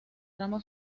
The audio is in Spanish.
rama